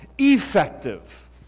Effective